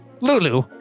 Lulu